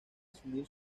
asumir